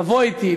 לבוא אתי,